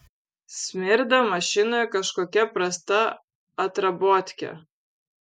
smirda mašinoj kažkokia prasta atrabotke